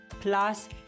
plus